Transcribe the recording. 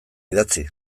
idatzi